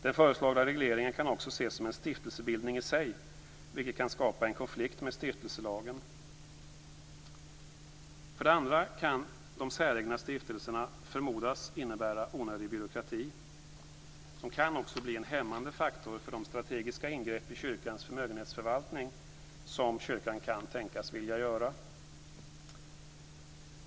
Den föreslagna regleringen kan också ses som en stiftelsebildning i sig, vilket kan skapa en konflikt med stiftelselagen. För det andra kan de säregna stiftelserna förmodas innebära onödig byråkrati. De kan också bli en hämmande faktor för de strategiska ingrepp i kyrkans förmögenhetsförvaltning som kyrkan kan tänkas vilja göra.